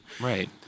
Right